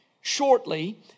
shortly